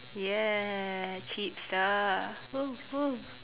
ya cheap stuff !woo! !woo!